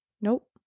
Nope